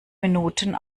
minuten